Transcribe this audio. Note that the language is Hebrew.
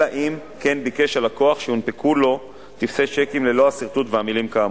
אלא אם כן ביקש הלקוח שיונפקו לו טופסי צ'קים ללא הסרטוט והמלים כאמור.